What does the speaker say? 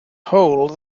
hole